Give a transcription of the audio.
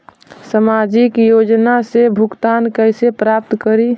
सामाजिक योजना से भुगतान कैसे प्राप्त करी?